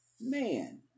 man